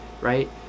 right